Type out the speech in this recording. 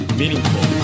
meaningful